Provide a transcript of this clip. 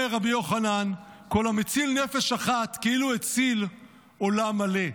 אומר רבי יוחנן: "כל המציל נפש אחת כאילו הציל עולם מלא".